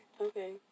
Okay